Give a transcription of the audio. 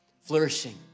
flourishing